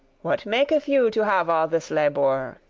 what maketh you to have all this labour?